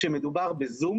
כשמדובר בזום,